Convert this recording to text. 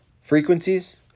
Frequencies